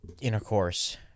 intercourse